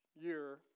year